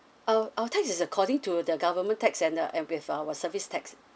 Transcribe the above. uh our tax is according to the government tax and uh and with our service tax